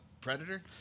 Predator